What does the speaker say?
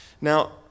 Now